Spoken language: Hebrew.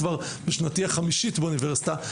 כבר בשנתי החמישית באוניברסיטה.